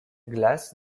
glace